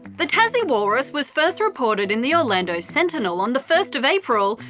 the tassie walrus was first reported in the orlando sentinel on the first of april,